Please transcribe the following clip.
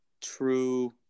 True